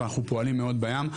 אבל אנחנו פועלים מאוד בים,